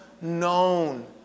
known